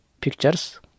Pictures